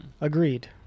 Agreed